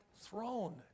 throne